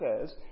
says